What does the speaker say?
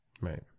Right